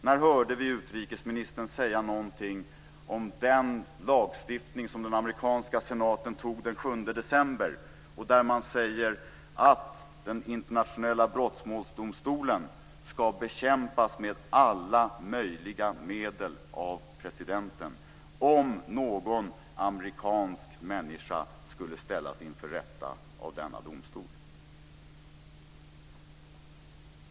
När hörde vi utrikesministern säga något om den lagstiftning som den amerikanska senaten antog den 7 december och som innebär att den internationella brottmålsdomstolen ska bekämpas med alla möjliga medel av presidenten om någon amerikansk människa skulle ställas inför rätta av denna domstol?